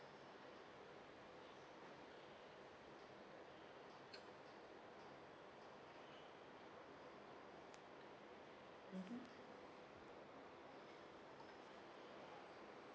mmhmm